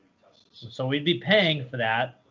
so we'd be paying for that.